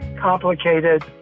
complicated